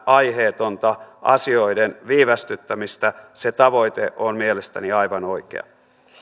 aiheetonta asioiden viivästyttämistä on mielestäni aivan oikea